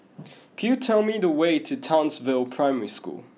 could you tell me the way to Townsville Primary School